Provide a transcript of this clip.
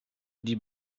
die